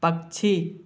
पक्षी